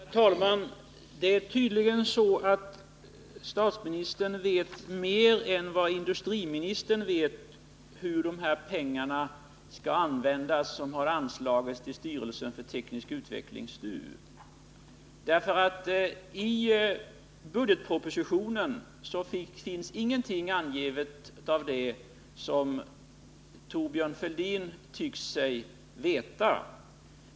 Herr talman! Det är tydligen så att statsministern vet mer än industriministern om hur de här pengarna, som har anslagits till styrelsen för teknisk utveckling, skall användas. I budgetpropositionen finns ingenting angivet av det som Thorbjörn Fälldin tycker sig veta.